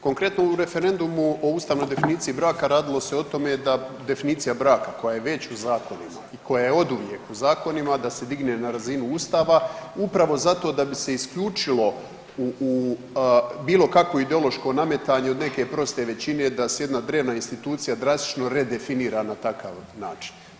Konkretno u referendumu o ustavnoj definiciji braka radilo se o tome da definicija braka koja je oduvijek u zakonima da se digne na razinu Ustava upravo zato da bi se isključilo bilo kakvo ideološko nametanje od neke proste većine, da se jedna drevna institucija drastično redefinira na takav način.